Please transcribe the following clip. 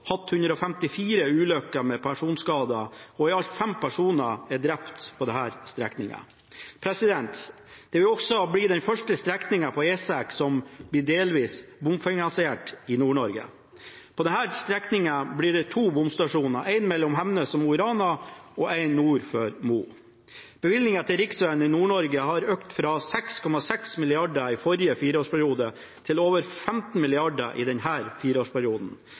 hatt 154 ulykker med personskade, og i alt fem personer er drept på denne strekningen. Dette vil også bli den første strekningen på E6 som blir delvis bompengefinansiert i Nord-Norge. På denne strekningen blir det to bomstasjoner – én mellom Hemnes og Mo i Rana og én nord for Mo i Rana. Bevilgningen til riksvegene i Nord-Norge har økt fra 6,6 mrd. kr i forrige fireårsperiode til over l5 mrd. kr i denne fireårsperioden.